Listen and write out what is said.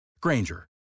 Granger